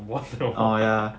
!wah! throw